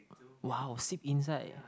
!wow! sick inside